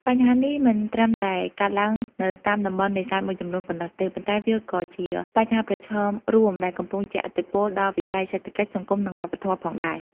បញ្ហានេះមិនត្រឹមតែកើតឡើងនៅតាមតំបន់នេសាទមួយចំនួនប៉ុណ្ណោះទេ ប៉ុន្តែវាក៏ជាបញ្ហាប្រឈមរួមដែលកំពុងជះឥទ្ធិពលដល់វិស័យសេដ្ឋកិច្ច សង្គម និងវប្បធម៌ផងដែរ។